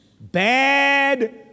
Bad